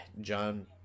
John